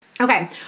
Okay